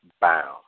bound